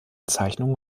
zeichnungen